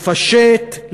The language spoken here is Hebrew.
לפשט,